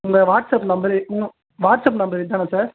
உங்கள் WhatsApp number WhatsApp number இதுதானா sir